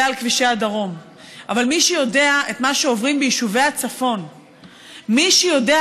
דרום לא יכול לבקר את ראש הממשלה ולהגיד את